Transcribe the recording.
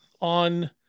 on